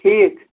ٹھیٖک